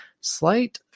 slight